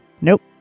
Nope